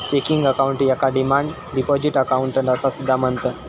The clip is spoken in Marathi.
चेकिंग अकाउंट याका डिमांड डिपॉझिट अकाउंट असा सुद्धा म्हणतत